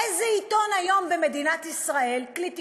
איזה עיתון היום במדינת ישראל, כלי תקשורת,